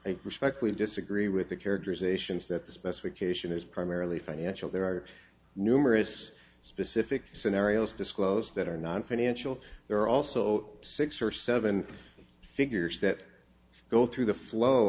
i respectfully disagree with the characterizations that the specification is primarily financial there are numerous specific scenarios disclosed that are not financial there are also six or seven figures that go through the flow